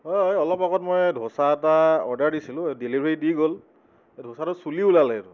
হয় হয় অলপ আগত মই দ'চা এটা অৰ্ডাৰ দিছিলোঁ ডেলিভাৰী দি গ'ল দ'চাটো চুলি ওলালে এইটো